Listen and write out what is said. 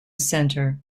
center